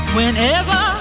Whenever